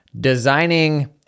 designing